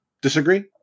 Disagree